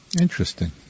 Interesting